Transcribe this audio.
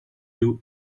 you